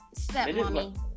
Stepmommy